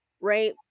right